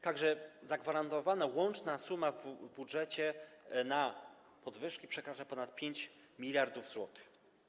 Tak że zagwarantowana łączna suma w budżecie na podwyżki przekracza ponad 5 mld zł.